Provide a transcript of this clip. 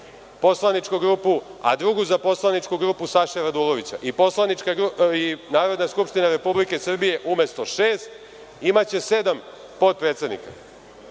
poslaničku grupu, a drugu za poslaničku grupu Saše Radulovića, i Narodna skupština Republike Srbije, umesto šest, imaće sedam potpredsednika?